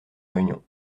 réunion